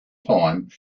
time